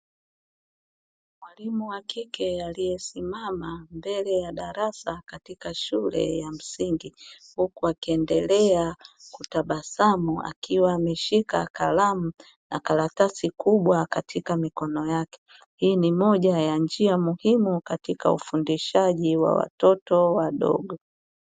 Mwalimu wa kike aliyesimama mbele ya darasa katika shule ya msingi huku akiendelea kutabasamu akiwa ameshika kalamu na karatasi kubwa katika mikono yake. Hii ni moja ya njia muhimu katika ufundishaji wa watoto wadogo.